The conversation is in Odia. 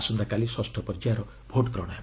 ଆସନ୍ତାକାଲି ଷଷ୍ଠ ପର୍ଯ୍ୟାୟର ଭୋଟ୍ଗ୍ରହଣ ହେବ